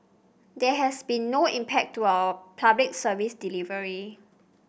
there has been no impact to our Public Service delivery